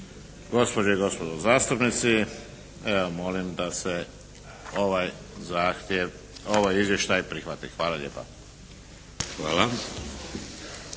Gospođe i gospodo zastupnici evo molim da se ovaj izvještaj prihvati. Hvala lijepa.